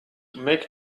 make